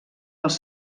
els